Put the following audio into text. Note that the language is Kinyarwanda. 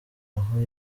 naho